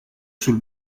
sul